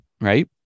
right